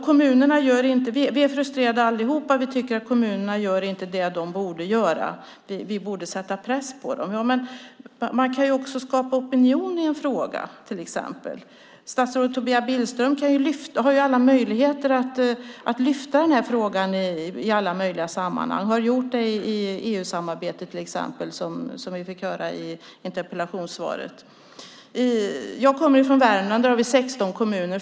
Vi är frustrerade allihop. Vi tycker inte att kommunerna gör det de borde göra. Vi borde sätta press på dem, men man kan ju också skapa opinion i en fråga till exempel. Statsrådet Tobias Billström har ju alla möjligheter att lyfta fram den här frågan i alla möjliga sammanhang och har gjort det i EU-samarbetet till exempel, som vi fick höra i interpellationssvaret. Jag kommer från Värmland. Där har vi 16 kommuner.